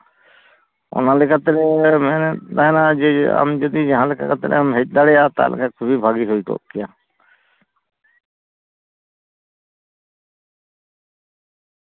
ᱚᱱᱟᱞᱮᱠᱟᱛᱮ ᱢᱮᱱᱮᱛ ᱛᱟᱦᱮᱱᱟ ᱡᱮ ᱟᱢ ᱡᱩᱫᱤ ᱡᱟᱦᱟᱸ ᱞᱮᱠᱟ ᱠᱟᱛᱮᱢ ᱦᱮᱡ ᱫᱟᱲᱮᱭᱟᱜᱼᱟ ᱛᱟᱦᱚᱞᱮ ᱠᱷᱩᱵᱮᱭ ᱵᱷᱟᱜᱮ ᱦᱩᱭ ᱠᱚᱜ ᱠᱮᱭᱟ